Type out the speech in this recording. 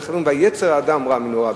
ולכן אומרים שיצר האדם רע מנעוריו,